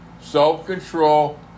self-control